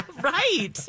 right